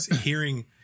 hearing